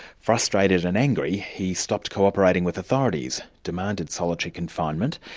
frustrated and angry, he stopped co-operating with authorities, demanded solitary confinement,